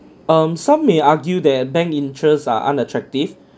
um some may argue that bank interest are unattractive